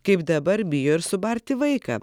kaip dabar bijo ir subarti vaiką